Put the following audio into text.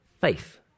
faith